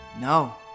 No